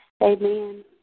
Amen